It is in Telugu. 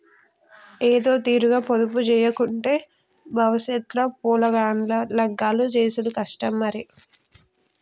ఏదోతీరుగ పొదుపుజేయకుంటే బవుసెత్ ల పొలగాండ్ల లగ్గాలు జేసుడు కష్టం మరి